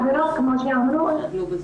כפי שאמרו,